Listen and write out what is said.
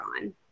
on